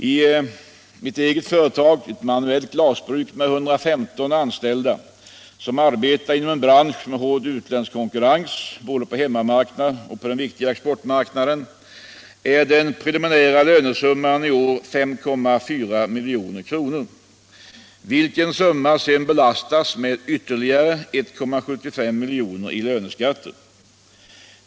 I mitt eget företag, ett manuellt glasbruk med 115 anställda, som arbetar inom en bransch med hård utländsk konkurrens både på hemmamarknaden och på de viktiga exportmarknaderna, är den preliminära lönesumman i år 5,4 milj.kr., vilken summa sedan belastas med ytterligare 1,75 milj.kr. i löneskatter.